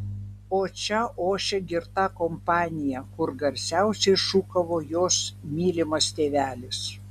o čia ošė girta kompanija kur garsiausiai šūkavo jos mylimas tėvelis